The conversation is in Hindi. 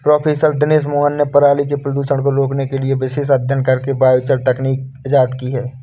प्रोफ़ेसर दिनेश मोहन ने पराली के प्रदूषण को रोकने के लिए विशेष अध्ययन करके बायोचार तकनीक इजाद की है